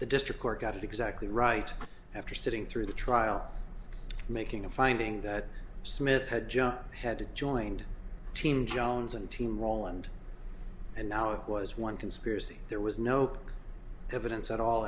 the district court got it exactly right after sitting through the trial making a finding that smith had just had to joined team jones and team roland and now it was one conspiracy there was no evidence at all